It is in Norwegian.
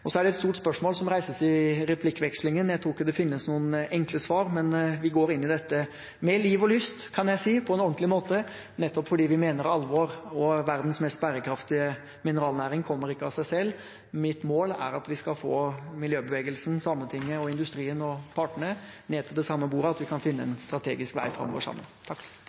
Så er det et stort spørsmål som reises i replikkvekslingen. Jeg tror ikke det finnes noen enkle svar, men jeg kan si at vi går inn i dette med liv og lyst på en ordentlig måte, nettopp fordi vi mener alvor, og verdens mest bærekraftige mineralnæring kommer ikke av seg selv. Mitt mål er at vi skal få miljøbevegelsen, Sametinget, industrien og partene med til det samme bordet, at vi kan finne en strategisk vei sammen.